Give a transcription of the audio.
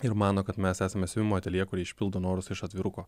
ir mano kad mes esame siuvimo ateljė kuri išpildo norus iš atviruko